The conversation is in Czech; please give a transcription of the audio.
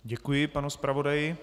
Děkuji panu zpravodaji.